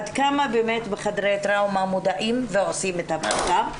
עד כמה בחדרי הטראומה מודעים ועושים את הבדיקה.